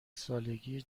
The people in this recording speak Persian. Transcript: سالگی